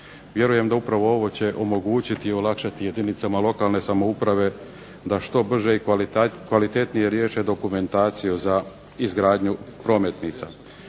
Vjerujem da upravo ovo će omogućiti i olakšati jedinicama lokalne samouprave da što brže i kvalitetnije riješe dokumentaciju za izgradnju prometnica.